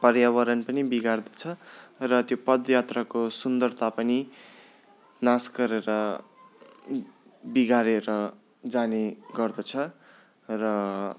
पर्यावरण पनि बिगार्दछ र त्यो पद यात्राको सुन्दरता पनि नाश गरेर बिगारेर जाने गर्दछ र